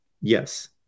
Yes